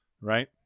Right